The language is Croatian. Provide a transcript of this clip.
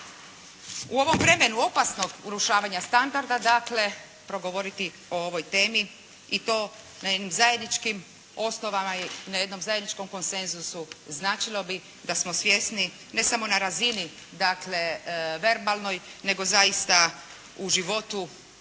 U ovom vremenu opasnog urušavanja standarda dakle progovoriti o ovoj temi i to na jednim zajedničkim osnovama, na jednom zajedničkom konsenzusu značilo bi da smo svjesni ne samo na razini dakle verbalnoj nego zaista u životu